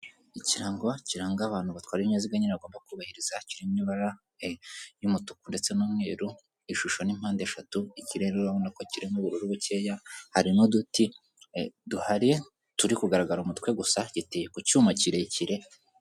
Ikirango kiranga abantu batwara ibinyaziga nyine bagomba kubahiriza kiri mu ibara ry'umutuku, ndetse n'umweru, ishusho ni mpande eshatu, ikirere urabona ko kirimo ubururu bukeya, hari n'uduti duhari turi kugaragara umutwe gusa, giteye ku cyuma kirekire.